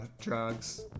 Drugs